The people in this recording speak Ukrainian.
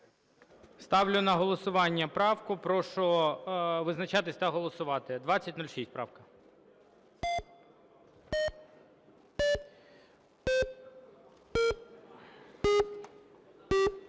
Ставлю на голосування правку. Прошу визначатись та голосувати. 2006 правка. 12:33:17